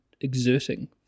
exerting